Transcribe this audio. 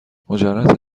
مجرد